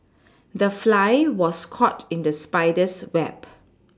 the fly was caught in the spider's web